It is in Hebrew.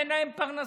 אין להם פרנסה.